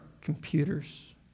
computers